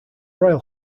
royal